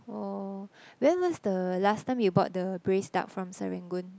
orh when was the last time you bought the braised duck from Serangoon